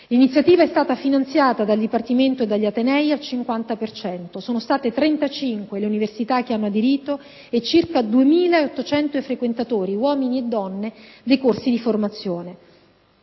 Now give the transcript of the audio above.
L'iniziativa è stata finanziata dal Dipartimento e dagli atenei al 50 per cento; sono state 35 le università che hanno aderito e circa 2.800 i frequentatori, uomini e donne, dei corsi di formazione.